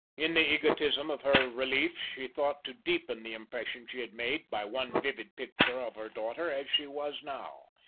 in the egotism of her relief, she thought to deepen the impression she had made by one vivid picture of her daughter as she was now.